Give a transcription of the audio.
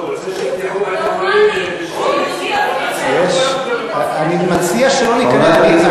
לא, הוא רוצה שתראו, אני מציע שלא ניכנס,